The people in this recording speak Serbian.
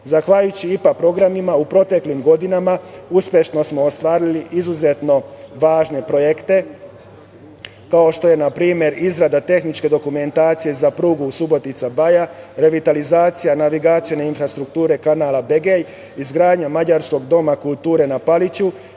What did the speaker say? zahvaljujući IPA programima, u proteklim godinama smo uspešno ostvarili izuzetno važne projekte kao što je na primer, izrada tehničke dokumentacije za prugu Subotica – Baja, revitalizacija navigacione infrastrukture kanala Begej, izgradnja mađarskog doma kulture na Paliću,